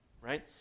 right